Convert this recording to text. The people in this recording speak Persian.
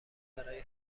برای